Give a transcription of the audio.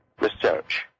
research